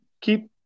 keep